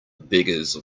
beggars